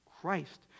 Christ